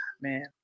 man